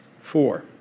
Four